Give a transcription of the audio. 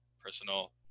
personal